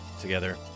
together